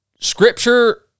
scripture